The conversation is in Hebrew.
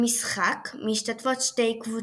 במשחק משתתפות שתי קבוצות,